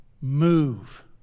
move